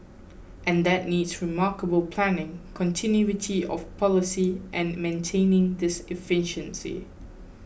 and that needs remarkable planning continuity of policy and maintaining this efficiency